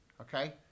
Okay